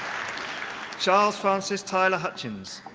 charles francis tyler hutchins.